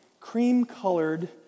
cream-colored